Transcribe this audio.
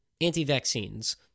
Anti-vaccines